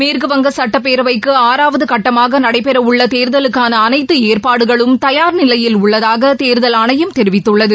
மேற்குவங்க சட்டப்பேரவைக்கு ஆறாவது கட்டமாக நடைபெறவுள்ள தேர்தலுக்கான அனைத்து ஏற்பாடுகளும் தயார் நிலையில் உள்ளதாக தேர்தல் ஆணையம் தெரிவித்துள்ளது